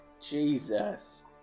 Jesus